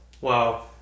Wow